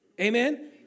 Amen